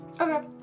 Okay